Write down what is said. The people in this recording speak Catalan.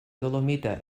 dolomita